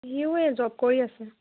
সিওৱে job কৰি আছে